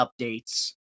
updates